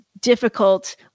difficult